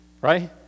right